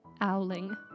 Owling